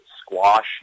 Squash